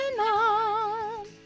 on